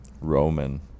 Roman